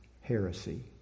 heresy